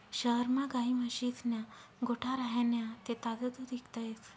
शहरमा गायी म्हशीस्ना गोठा राह्यना ते ताजं दूध इकता येस